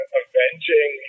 avenging